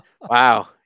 wow